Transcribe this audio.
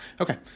okay